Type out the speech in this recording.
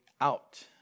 out